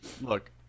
Look